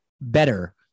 better